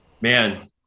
Man